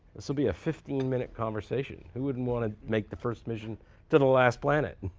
this will be a fifteen minute conversation. who wouldn't want to make the first mission to the last planet?